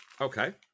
Okay